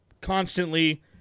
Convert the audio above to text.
constantly